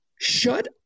Shut